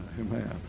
Amen